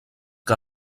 que